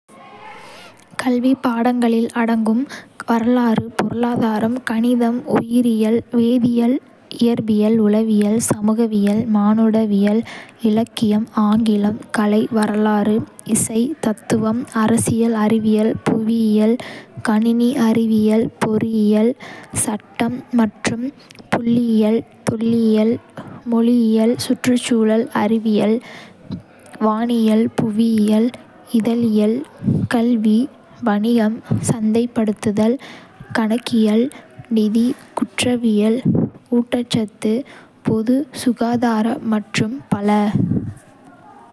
கல்விப் பாடங்களில் அடங்கும்: வரலாறு, பொருளாதாரம், கணிதம், உயிரியல், வேதியியல், இயற்பியல், உளவியல், சமூகவியல், மானுடவியல், இலக்கியம், ஆங்கிலம், கலை வரலாறு. இசை, தத்துவம், அரசியல் அறிவியல், புவியியல், கணினி அறிவியல், பொறியியல், சட்டம், மருத்துவம், புள்ளியியல், தொல்லியல், மொழியியல், சுற்றுச்சூழல் அறிவியல், வானியல், புவியியல், இதழியல், கல்வி, வணிகம், சந்தைப்படுத்தல், கணக்கியல், நிதி, குற்றவியல், ஊட்டச்சத்து, பொது சுகாதாரம் மற்றும் பல.